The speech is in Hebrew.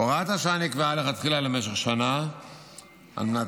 הוראת השעה נקבעה לכתחילה למשך שנה על מנת